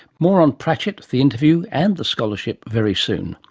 more on pratchett, the interview, and the scholarship very soon.